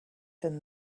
than